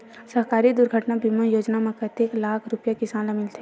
सहकारी दुर्घटना बीमा योजना म कतेक लाख रुपिया किसान ल मिलथे?